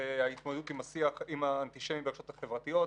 וההתמודדות עם האנטישמיות ברשתות החברתיות.